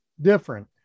different